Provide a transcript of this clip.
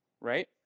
right